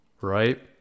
right